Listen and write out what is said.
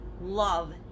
love